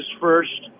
first